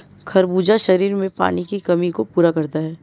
खरबूजा शरीर में पानी की कमी को पूरा करता है